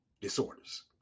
disorders